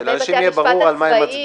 כדי שלאנשים יהיה ברור על מה הם מצביעים.